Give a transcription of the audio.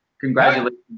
congratulations